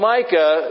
Micah